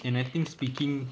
and I think speaking